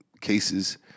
cases